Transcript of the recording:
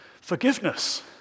Forgiveness